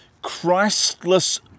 Christless